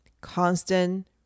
constant